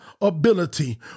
ability